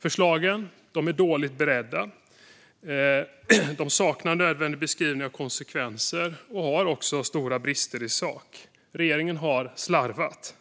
Förslagen är dåligt beredda, saknar en nödvändig beskrivning av konsekvenser och har också stora brister i sak. Regeringen har slarvat.